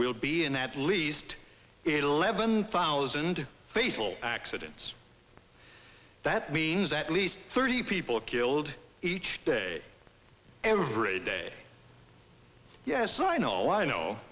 will be in at least it eleven thousand fatal accidents that means at least thirty people killed each day every day yes i know i know